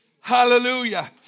hallelujah